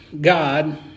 God